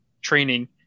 training